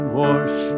wash